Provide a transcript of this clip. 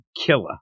killer